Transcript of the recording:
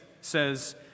says